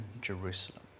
Jerusalem